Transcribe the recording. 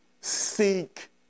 Seek